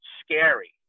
scary